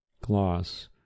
Gloss